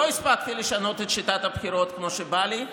לא הספקתי לשנות את שיטת הבחירות כמו שבא לי,